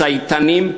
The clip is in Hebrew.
צייתנים,